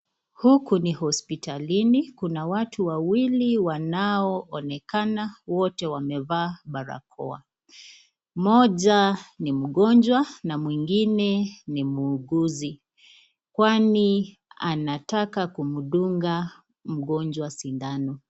Huku ni hospitalini kuna watu wawili wanaoonekana wote wamevaa barakoa. Mmoja ni mgonjwa na mwingine ni muuguzi. Kwani anataka kumdunga mgonjwa sindano.